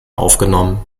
aufgenommen